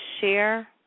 share